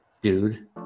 dude